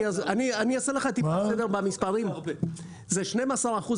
אני אעשה לך טיפה סדר במספרים: זה 12 אחוז